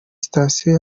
sitasiyo